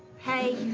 hey.